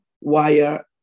wire